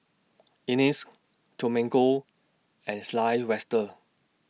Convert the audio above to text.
Ines Domingo and Sylvester